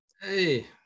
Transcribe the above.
hey